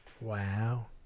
wow